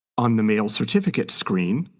on the mail certificate screen,